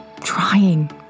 trying